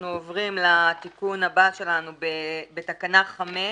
עכשיו אנחנו בעצם עוברים לתיקון הבא שלנו בתקנה 5(א)(1)(ג).